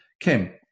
Kim